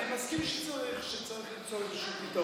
אני מסכים שצריך למצוא איזשהו פתרון.